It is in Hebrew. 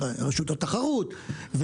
ורשות התחרות,